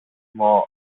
θυμό